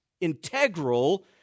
integral